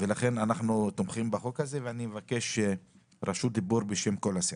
ולכן אנחנו תומכים בחוק הזה ואני מבקש רשות דיבור בשם כל הסיעה.